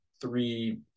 three